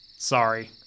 Sorry